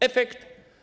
Efekt?